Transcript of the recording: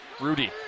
Rudy